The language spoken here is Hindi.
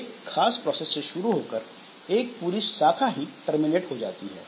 एक खास प्रोसेस से शुरू होकर एक पूरी शाखा ही टर्मिनेट हो जाती है